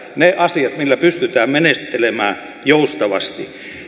ne asiat millä pystytään menettelemään joustavasti